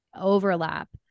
overlap